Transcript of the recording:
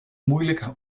moeilijk